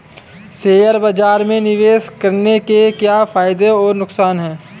Share बाज़ार में निवेश करने के क्या फायदे और नुकसान हैं?